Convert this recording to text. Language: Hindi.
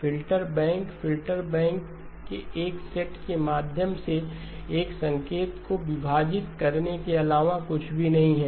फ़िल्टर बैंक फ़िल्टर के एक सेट के माध्यम से एक संकेत को विभाजित करने के अलावा कुछ भी नहीं है